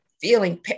feeling